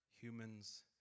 humans